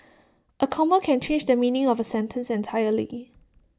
A comma can change the meaning of A sentence entirely